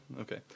okay